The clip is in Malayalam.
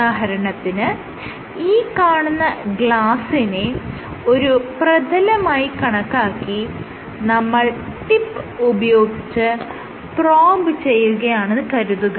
ഉദാഹരണത്തിന് ഈ കാണുന്ന ഗ്ലാസ്സിനെ ഒരു പ്രതലമായി കണക്കാക്കി നമ്മൾ ടിപ്പ് ഉപയോഗിച്ച് പ്രോബ് ചെയ്യുകയാണെന്ന് കരുതുക